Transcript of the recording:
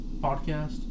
Podcast